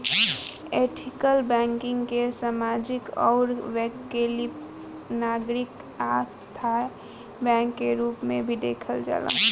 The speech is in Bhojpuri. एथिकल बैंकिंग के सामाजिक आउर वैकल्पिक नागरिक आ स्थाई बैंक के रूप में भी देखल जाला